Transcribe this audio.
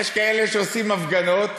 יש כאלה שעושים הפגנות,